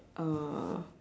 uh